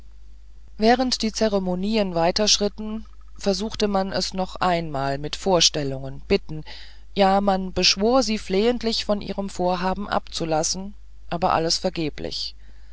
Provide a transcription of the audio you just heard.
während die zeremonien weiter schritten versuchte man es noch einmal mit vorstellungen bitten ja man beschwor sie flehentlich von ihrem vorhaben abzulassen aber alles vergeblich